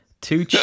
Two